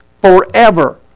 forever